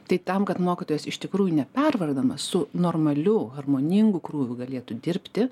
tai tam kad mokytojas iš tikrųjų nepervargdamas su normaliu harmoningu krūviu galėtų dirbti